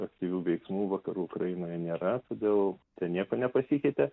aktyvių veiksmų vakarų ukrainoje nėra todėl ten nieko nepasikeitė